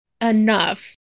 enough